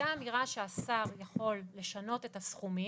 הייתה אמירה שהשר יכול לשנות את הסכומים.